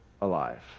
alive